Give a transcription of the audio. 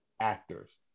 actors